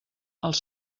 els